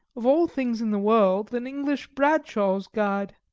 of all things in the world, an english bradshaw's guide.